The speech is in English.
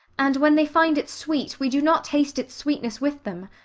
and when they find it sweet we do not taste its sweetness with them.